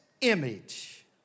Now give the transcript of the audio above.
image